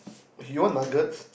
he want nuggets